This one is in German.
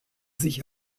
sich